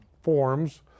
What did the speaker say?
forms